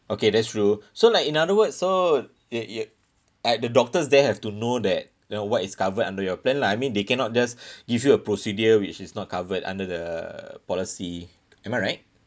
okay that's true so like in other words so you you and the doctors they have to know that you know what is covered under your plan lah I mean they cannot just give you a procedure which is not covered under the policy am I right